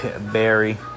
Barry